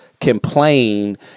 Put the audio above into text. complain